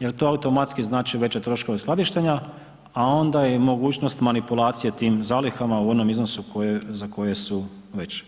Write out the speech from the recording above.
jer to automatski znači veće troškove skladištenja, a onda je mogućnost manipulacije tim zalihama u onom iznosu za koje su već.